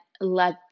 let